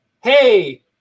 hey